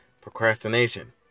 procrastination